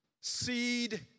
seed